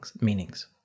meanings